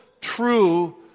true